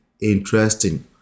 interesting